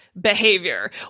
behavior